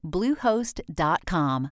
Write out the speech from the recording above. Bluehost.com